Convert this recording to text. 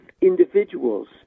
individuals